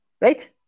right